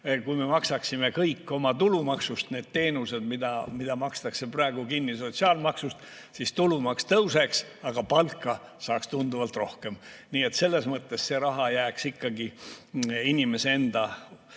Kui me maksaksime oma tulumaksust kõik need teenused, mida makstakse praegu kinni sotsiaalmaksust, siis tulumaks tõuseks, aga palka saaks tunduvalt rohkem. Nii see raha jääks ikkagi inimese enda